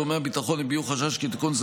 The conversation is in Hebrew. גורמי הביטחון הביעו חשש כי תיקון זה